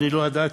אני לא ידעתי,